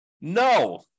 No